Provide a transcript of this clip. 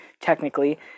technically